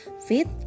fit